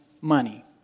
money